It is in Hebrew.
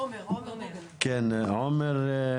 עומר גוגנהיים,